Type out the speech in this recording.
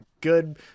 good